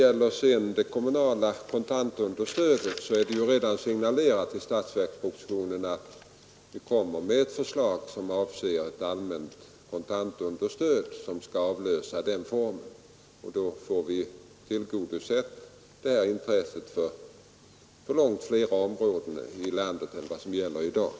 I fråga om det kommunala kontantunderstödet signalerades redan i statsverkspropositionen att vi kommer att framlägga förslag om ett allmänt kontantunderstöd som skall avlösa den tidigare stödformen. Därmed tillgodoses detta intresse i långt fler områden av landet än vad som i dag är fallet.